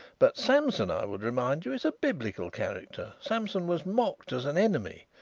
but samson, i would remind you, is a biblical character. samson was mocked as an enemy.